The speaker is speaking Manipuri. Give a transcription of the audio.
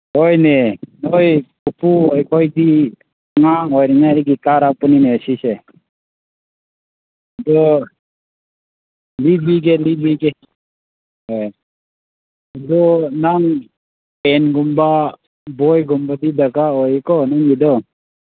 ꯍꯣꯏꯅꯦ ꯅꯈꯣꯏ ꯄꯨꯄꯨ ꯑꯩꯈꯣꯏꯗꯤ ꯑꯉꯥꯡ ꯑꯣꯏꯔꯤꯉꯩꯗꯒꯤ ꯇꯥꯔꯛꯄꯅꯤꯅꯦ ꯁꯤꯁꯦ ꯑꯗꯨ ꯂꯤꯕꯤꯒꯦ ꯂꯤꯕꯤꯒꯦ ꯍꯣꯏ ꯑꯗꯣ ꯅꯪ ꯄꯦꯟꯒꯨꯝꯕ ꯕꯣꯏꯒꯨꯝꯕꯗꯤ ꯗꯔꯀꯥꯔ ꯑꯣꯏꯀꯣ ꯅꯪꯒꯤꯗꯣ